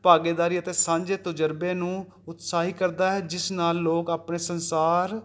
ਭਾਗੇਦਾਰੀ ਅਤੇ ਸਾਂਝੇ ਤਜ਼ਰਬੇ ਨੂੰ ਉਤਸਾਹੀ ਕਰਦਾ ਹੈ ਜਿਸ ਨਾਲ ਲੋਕ ਆਪਣੇ ਸੰਸਾਰ